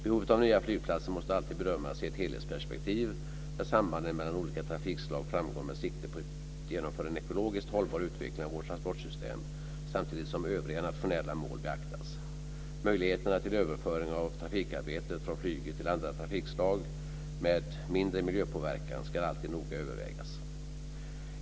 Behovet av nya flygplatser måste alltid bedömas i ett helhetsperspektiv där sambanden mellan olika trafikslag framgår med sikte på att genomföra en ekologiskt hållbar utveckling av vårt transportsystem, samtidigt som övriga nationella mål beaktas. Möjligheterna till överföring av trafikarbetet från flyget till andra trafikslag med mindre miljöpåverkan ska alltid noga övervägas.